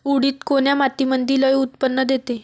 उडीद कोन्या मातीमंदी लई उत्पन्न देते?